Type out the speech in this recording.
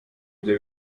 ibyo